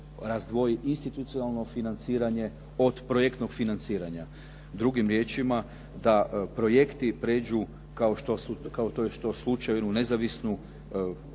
institucionalno financiranje od projektnog financiranja. Drugim riječima da projekti prijeđu kao što je to slučaj u nezavisnu institucije,